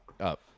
up